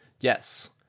Yes